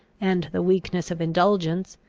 and the weakness of indulgence,